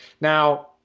Now